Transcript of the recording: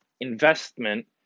investment